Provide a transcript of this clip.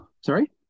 Sorry